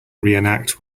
reenact